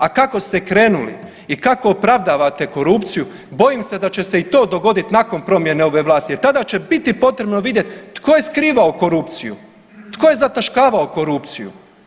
A kako ste krenuli i kako opravdavate korupciju bojim se da će i to dogoditi nakon promjene ove vlasti jer tada će biti potrebno vidjeti tko je skrivao korupciju, tko je zataškavao korupciju.